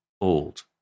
old